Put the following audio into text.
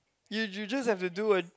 you you just have to do a